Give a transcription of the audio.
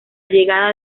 llegada